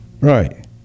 Right